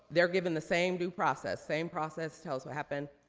they're given the same due process. same process, tell us what happened.